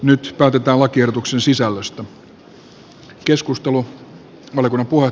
nyt päätetään lakiehdotuksen sisällöstä